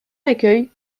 accueil